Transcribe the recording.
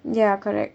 ya correct